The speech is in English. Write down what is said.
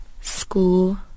school